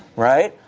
right?